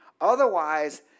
Otherwise